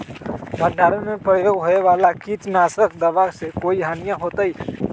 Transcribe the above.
भंडारण में प्रयोग होए वाला किट नाशक दवा से कोई हानियों होतै?